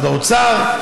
משרד האוצר?